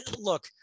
look